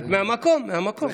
אז מהמקום, מהמקום.